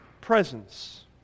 presence